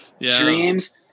dreams